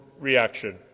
reaction